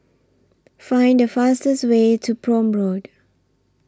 Find The fastest Way to Prome Road